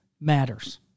matters